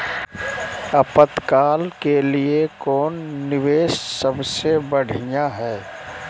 आपातकाल के लिए कौन निवेस सबसे बढ़िया है?